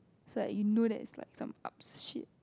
so like you know that it's like some up shit